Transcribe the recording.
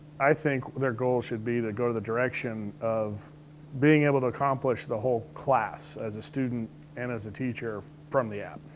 i think their goal should be to go the direction of being able to accomplish the whole class as a student and as a teacher from the app.